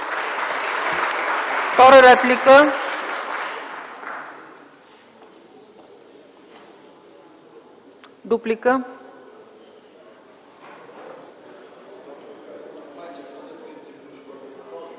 Втора реплика? Дуплика.